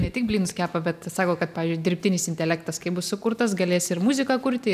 ne tik blynus kepa bet sako kad pavyzdžiui dirbtinis intelektas kai bus sukurtas galės ir muziką kurti